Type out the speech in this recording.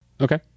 Okay